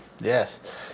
Yes